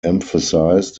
emphasized